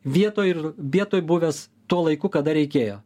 vietoj ir vietoj buvęs tuo laiku kada reikėjo